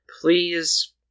please